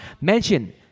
Mention